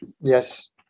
Yes